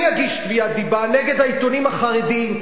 אני אגיש תביעת דיבה נגד העיתונים החרדיים,